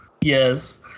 yes